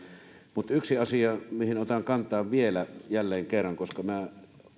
mutta yksi asia mihin otan kantaa vielä jälleen kerran minä